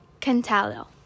Cantalo